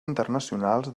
internacionals